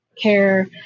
care